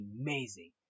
amazing